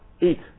eat